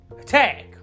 Attack